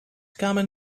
common